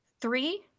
three